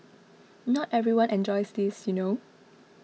not everyone enjoys this you know